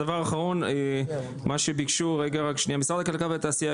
הדבר האחרון שביקשו הוא כזה: משרד הכלכלה והתעשייה